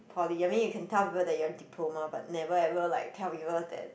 poly I mean you can tell people that you are diploma but never ever like tell people that